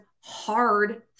hard